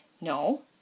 no